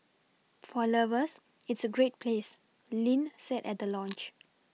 for lovers it's a great place Lin said at the launch